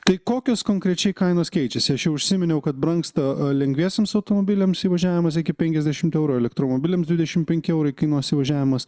tai kokios konkrečiai kainos keičiasi aš jau užsiminiau kad brangsta lengviesiems automobiliams įvažiavimas iki penkiasdešimt eurų elektromobiliams dvidešimt penki eurai kainuos įvažiavimas